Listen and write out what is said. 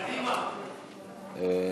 קדימה,